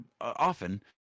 often